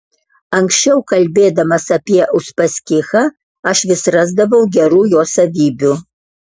anksčiau kalbėdamas apie uspaskichą aš vis rasdavau gerų jo savybių